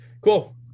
Cool